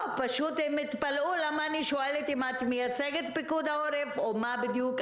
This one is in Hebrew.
פשוט הם התפלאו למה שאלתי אם את מייצגת את פיקוד העורף או מה בדיוק,